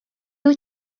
wyt